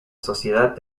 sociedad